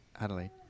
Adelaide